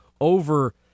over